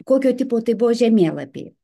kokio tipo tai buvo žemėlapiai